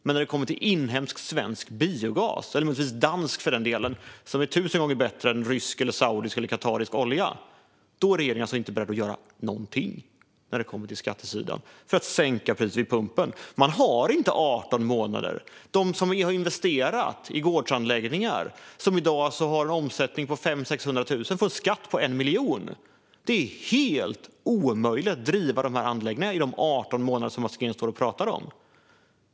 Men när det kommer till inhemsk svensk biogas eller möjligtvis dansk, för den delen, som är tusen gånger bättre än rysk, saudisk eller qatarisk olja, är regeringen alltså inte beredd att göra någonting på skattesidan för att sänka priset vid pumpen. Man har inte 18 månader. De som har investerat i gårdsanläggningar som i dag har en omsättning på 500 000-600 000 får en skatt på 1 miljon. Det är helt omöjligt att driva dessa anläggningar i de 18 månader som Mats Green står och pratar om.